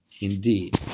indeed